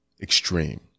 extreme